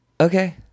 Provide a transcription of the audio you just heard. okay